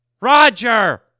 Roger